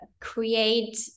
create